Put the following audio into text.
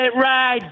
ride